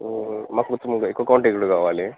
మాకు కొంచెం ఎక్కువ క్వాంటిటీలో కావాలి